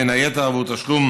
בין היתר עבור: תשלום